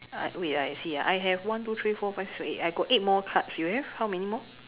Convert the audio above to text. I wait ah I see ah I have one two three four five six seven eight I got eight more cards you have how many more